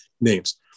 names